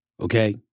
okay